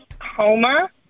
Homer